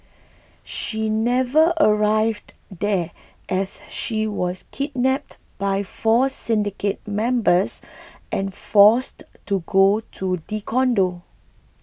she never arrived there as she was kidnapped by four syndicate members and forced to go to the condo